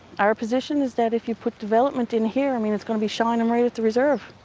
our position is that if you put development in here i mean it's going to be shining right at the reserve.